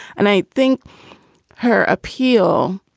and i think her appeal,